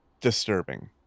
disturbing